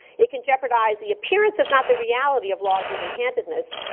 it can jeopardize the appearance, if not the reality, of laws even-handedness.